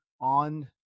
on